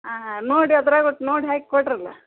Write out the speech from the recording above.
ಹಾಂ ಹಾಂ ನೋಡಿ ಅದರಾಗ ಒಟ್ಟು ನೋಡಿ ಹಾಕಿ ಕೊಡಿರಲ್ಲ